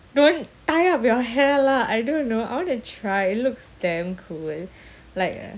don't tie up your hair lah I don't know I want to try it looks damn cool eh like